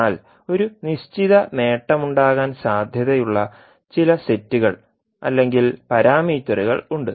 എന്നാൽ ഒരു നിശ്ചിത നേട്ടമുണ്ടാകാൻ സാധ്യതയുള്ള ചില സെറ്റുകൾ അല്ലെങ്കിൽ പാരാമീറ്ററുകൾ ഉണ്ട്